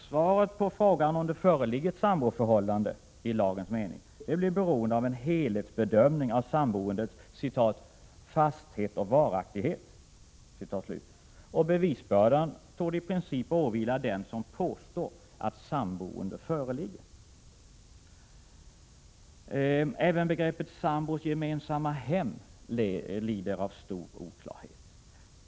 Svaret på frågan om det föreligger ett samboförhållande i lagens mening blir beroende av en helhetsbedömning av samboendets ”fasthet och varaktighet”. Bevisbördan torde i princip åvila den som påstår att samboende föreligger. Även begreppet sambors gemensamma hem lider av stor oklarhet.